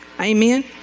Amen